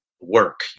work